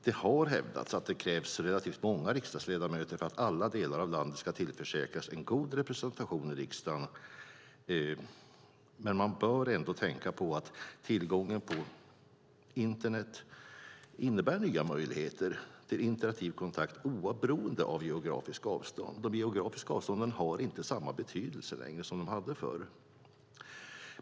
Det har hävdats att det krävs relativt många riksdagsledamöter för att alla delar av landet ska tillförsäkras en god representation i riksdagen, men man bör ändå tänka på att tillgången till internet innebär nya möjligheter till interaktiv kontakt oberoende av geografiska avstånd. De geografiska avstånden har inte samma betydelse längre som de hade förr.